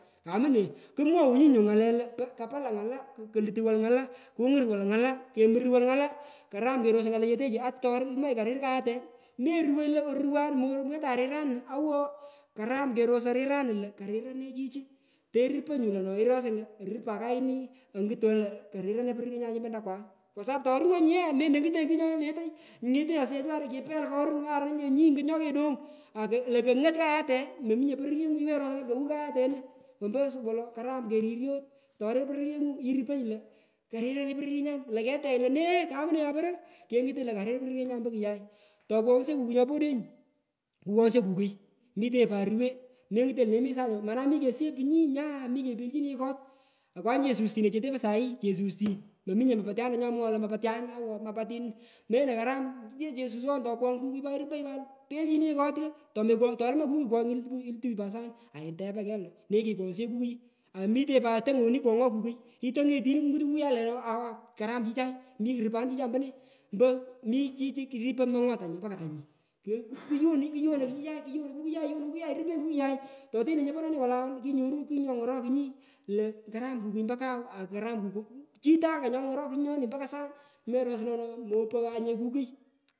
Kamune kumwowunyi nyu ngale lo kapa lo ngala kolutu wolu ngala, kungur wolu ngala ikomuru wolu ngala karam kensoi ngalechetechu ata orumai karir kayete meruwoi lo aruwan mowetanye riranu owo karam kerosoi riranu lo karirane chichu teruponyu lo orupan kayni onguton lo karirane pororyenyan nyumi antakwang kwa sapu toruwonyi ye melongutonyi kugh nyontelenoi ingeteny osuyech waruny kipei korun warunya nyi ongut nyokedong ako lokongot kayate mominye pororyengu iwenyi iros kowu kayate ono ompo karam keriryot torir pororyengu iruponyi lo karirane poronyenyan nto ketegh lo nee kamune nyaporor kengutu lo karir porokyenyan mpo kuyai tokwoghsho kukui nyopo deng kukwoghsho kukui mitenyi pat ruwe mengato nyinye lo nenyu mi sany mana mi kisiepunyi nya mikepelchinunyi kot akwanyu chesustin chete po sahi chesustin mominye mapatianta nyomwoghoi lo mapatian awo mapatin melo karam kuchi chesuswon tokwogh kukui pat ruponyi pat pelchini ye kot ko tolumanyi kukui kwoghoi ilutunyi pat sang aitepanyi kegh lo nenyu kekwoghsho kukuyu amitenyi pat tongoi woni mikukwoghoi kukui itongenyi tini mi kukuyai lono oohkaram chichai mi kurupanu chichai ompone mpo michi kukipoi mongot tanyi (kurai tuyonoi kuyai kuyonoi kukuyai yonwi kukuyai irupenyi kukuyai toteno nyoponenenyi wolai kinyoruni kung ngyongorokunyi lo karam kukui ompo kau akukaram kukui chitanga nyongorokunyi mpaka sany meroslo no mopaghanye kukui.